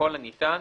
ככל הניתן,